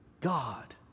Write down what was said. God